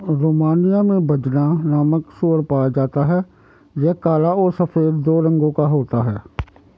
Romania में बजना नामक सूअर पाया जाता है यह काला और सफेद दो रंगो का होता है